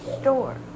store